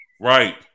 Right